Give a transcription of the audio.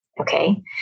Okay